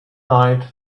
night